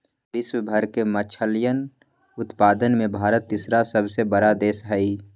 विश्व भर के मछलयन उत्पादन में भारत तीसरा सबसे बड़ा देश हई